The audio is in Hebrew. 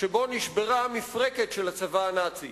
שבו נשברה המפרקת של הצבא הנאצי,